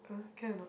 uh can or not